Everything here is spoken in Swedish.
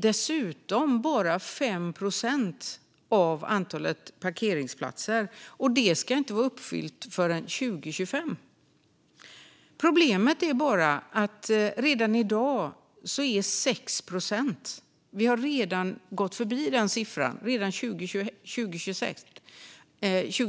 dessutom bara 5 procent av antalet parkeringsplatser, och detta ska inte vara uppfyllt förrän 2025. Problemet är att siffran redan i dag är 6 procent; vi gick förbi den siffran redan 2021.